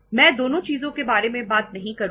मैं दोनों चीजों के बारे में बात नहीं करूंगा